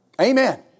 Amen